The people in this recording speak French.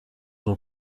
ont